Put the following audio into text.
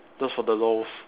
just for the lols